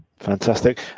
Fantastic